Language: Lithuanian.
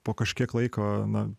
po kažkiek laiko na